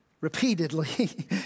Repeatedly